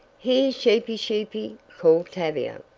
here, sheepy, sheepy! called tavia.